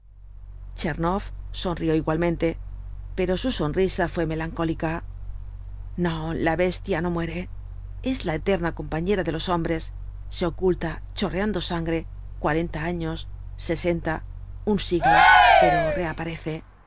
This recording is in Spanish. tchernoff sonrió igualmente pero su sonrisa fué melancólica no la bestia no muere es la eterna compañera de los hombres se oculta chorreando sangre cuarenta años sesenta un siglo pero reaparece